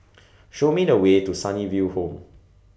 Show Me The Way to Sunnyville Home